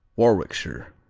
warwickshire